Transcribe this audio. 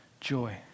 joy